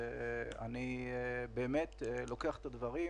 ואני באמת לוקח את הדברים,